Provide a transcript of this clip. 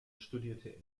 studierte